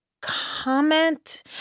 comment